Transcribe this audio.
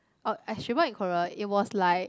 oh she brought in Korea it was like